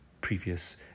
previous